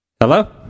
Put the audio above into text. hello